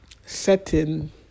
setting